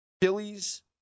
Phillies